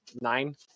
nine